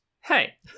Hey